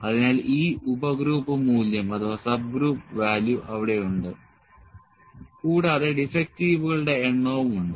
അതിനാൽ ഈ ഉപഗ്രൂപ്പ് മൂല്യം അവിടെയുണ്ട് കൂടാതെ ഡിഫക്റ്റീവുകളുടെ എണ്ണവും ഉണ്ട്